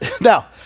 now